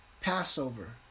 Passover